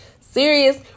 serious